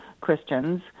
Christians